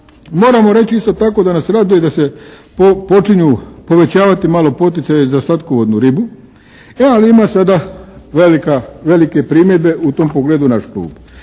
Moramo reći isto tako da nas raduje da se počinju povećavati malopoticaji za slatkovodnu ribu, e ali ima sada velike primjedbe u tom pogledu na